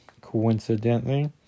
coincidentally